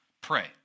pray